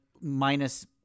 minus